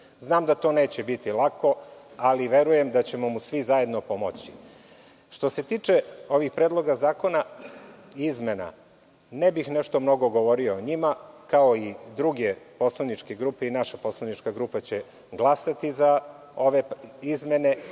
Znam da to neće biti lako, ali verujem da ćemo mu svi zajedno pomoći. Što se tiče izmena ovih predloga zakona, ne bih mnogo govorio o njima. Kao i druge poslaničke grupe, naša poslanička grupa će glasati za ove izmene,